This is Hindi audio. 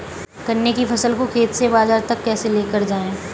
गन्ने की फसल को खेत से बाजार तक कैसे लेकर जाएँ?